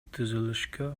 түзүлүшкө